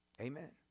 Amen